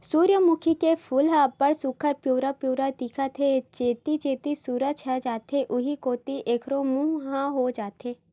सूरजमूखी के फूल ह अब्ब्ड़ सुग्घर पिंवरा पिंवरा दिखत हे, जेती जेती सूरज ह जाथे उहीं कोती एखरो मूँह ह हो जाथे